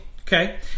Okay